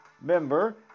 member